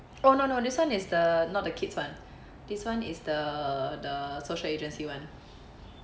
oh no no this [one] is the not the kids [one] this one is the the social agency [one]